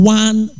one